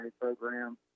program